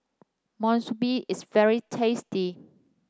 Monsunabe is very tasty